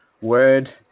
word